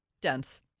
dense